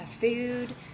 food